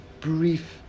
brief